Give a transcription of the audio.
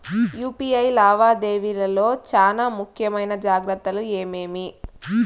UPI లావాదేవీల లో చానా ముఖ్యమైన జాగ్రత్తలు ఏమేమి?